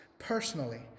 personally